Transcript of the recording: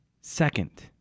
Second